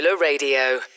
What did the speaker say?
Radio